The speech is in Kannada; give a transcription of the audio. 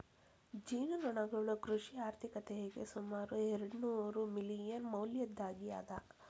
ಜೇನುನೊಣಗಳು ಕೃಷಿ ಆರ್ಥಿಕತೆಗೆ ಸುಮಾರು ಎರ್ಡುನೂರು ಮಿಲಿಯನ್ ಮೌಲ್ಯದ್ದಾಗಿ ಅದ